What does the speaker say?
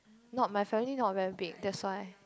not my family not very big that's why